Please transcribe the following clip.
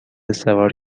سوار